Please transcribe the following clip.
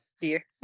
Dear